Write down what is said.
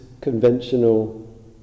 conventional